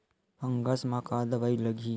Fungus म का दवाई लगी?